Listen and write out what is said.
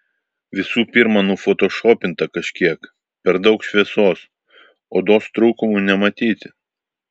visų pirma nufotošopinta kažkiek per daug šviesos odos trūkumų nematyti